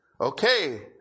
Okay